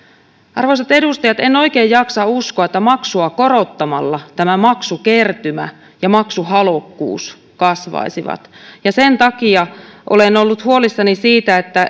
arvoisat edustajat en oikein jaksa uskoa että maksua korottamalla tämä maksukertymä ja maksuhalukkuus kasvaisivat ja sen takia olen ollut huolissani siitä